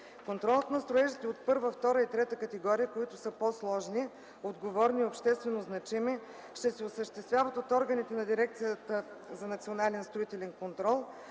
Контролът на строежите от първа, втора и трета категория, които са по-сложни, отговорни и обществено значими, ще се осъществява от органите на Дирекцията за национален строителен контрол,